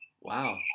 wow